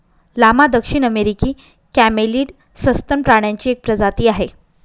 llama दक्षिण अमेरिकी camelid सस्तन प्राण्यांची एक प्रजाती आहे